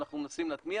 אנחנו מנסים להטמיע,